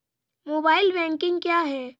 Mobile banking क्या है?